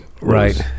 Right